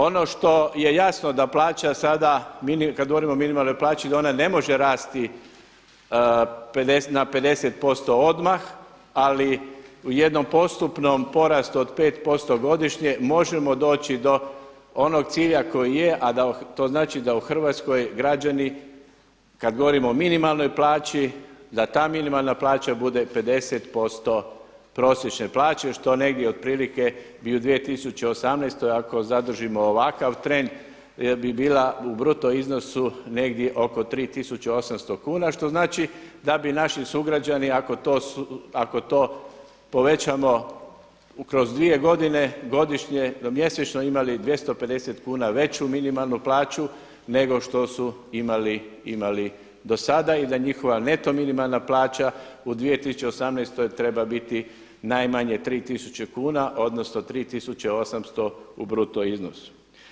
Ono što je jasno da plaća sada kada govorimo o minimalnoj plaći da ona ne može rasti na 50% odmah, ali u jednom postupnom porastu od 5% godišnje možemo doći do onog cilja koji je, a da to znači da u Hrvatskoj građani kad govorimo o minimalnoj plaći, da ta minimalna plaća bude 50% prosječne plaće što negdje otprilike bi u 2018. ako zadržimo ovakav trend bi bila u bruto iznosu negdje oko 3800 kuna što znači da bi naši sugrađani ako to povećamo kroz dvije godine godišnje do mjesečno imali 250 kuna veću minimalnu plaću nego što su imali do sada i da njihova neto minimalna plaća u 2018. treba biti najmanje 3000 kuna, odnosno 3800 u bruto iznosu.